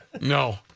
No